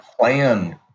plan